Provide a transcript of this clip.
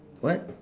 what